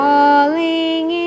Falling